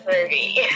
movie